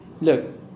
Look